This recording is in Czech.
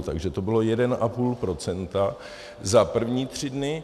Takže to bylo jeden a půl procenta za první tři dny.